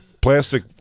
plastic